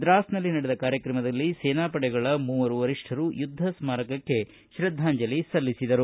ದ್ರಾಸ್ನಲ್ಲಿ ನಡೆದ ಕಾರ್ಯಕ್ರಮದಲ್ಲಿ ಸೇನಾ ಪಡೆಗಳ ಮೂವರು ವರಿಷ್ಠರು ಯುದ್ಧ ಸ್ಮಾರಕಕ್ಕೆ ಶ್ರದ್ಧಾಂಜಲಿ ಸಲ್ಲಿಸಿದರು